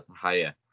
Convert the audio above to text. higher